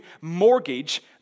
mortgage